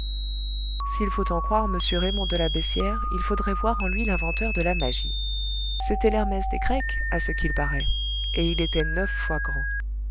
s'il faut en croire m raymond de la beyssière il faudrait voir en lui l'inventeur de la magie c'était l'hermès des grecs à ce qu'il paraît et il était neuf fois grand